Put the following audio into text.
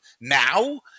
now